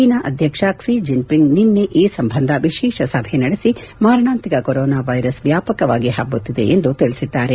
China ಅಧ್ವಕ್ಷ Xi Jinping ನಿನ್ನೆ ಈ ಸಂಬಂಧ ವಿಶೇಷ ಸಭೆ ನಡೆಸಿ ಮಾರಣಾಂತಿಕ ಕೊರೊನಾ ವೈರಸ್ ವ್ಯಾಪಕವಾಗಿ ಹಬ್ಬುತ್ತಿದೆ ಎಂದು ತಿಳಿಸಿದ್ದಾರೆ